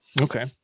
Okay